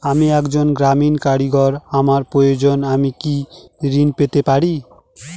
আমি একজন গ্রামীণ কারিগর আমার প্রয়োজনৃ আমি কি ঋণ পেতে পারি?